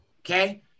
Okay